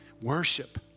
worship